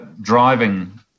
driving